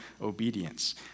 obedience